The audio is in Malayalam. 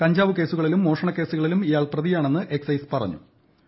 കഞ്ചാവ് കേസുകളിലും മോഷണ കേസുകളിലും ഇയാൾ പ്രതിയാണെന്ന് എക്സൈസ് ഇൻസ്പെക്ടർ പറഞ്ഞു